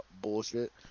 bullshit